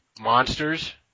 monsters